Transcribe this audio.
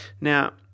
Now